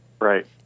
Right